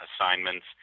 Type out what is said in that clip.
assignments